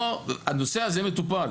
הנושא הזה מטופל.